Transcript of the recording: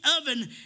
oven